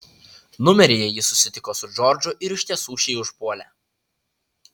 numeryje jis susitiko su džordžu ir iš tiesų šį užpuolė